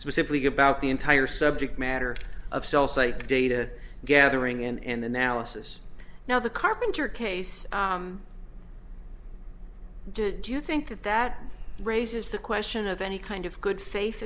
specifically about the entire subject matter of cells like data gathering and analysis now the carpenter case did you think that that raises the question of any kind of good